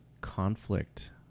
conflict